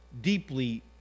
deeply